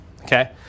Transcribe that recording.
Okay